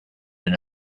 and